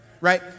right